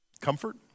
Comfort